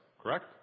correct